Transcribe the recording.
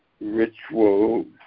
ritual